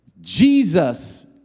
Jesus